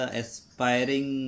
aspiring